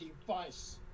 device